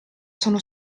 sono